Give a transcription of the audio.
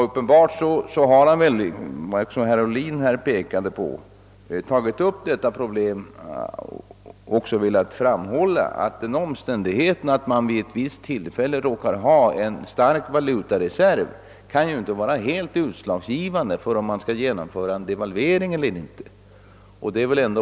Uppenbarligen har docenten Södersten, vilket också herr Ohlin påpekade, tagit upp detta problem därför att han också velat framhålla att den omständigheten, att man vid ett visst tillfälle råkar ha en stark valutareserv, inte kan vara helt utslagsgivande för ett beslut huruvida man skall genomföra devalvering eller inte.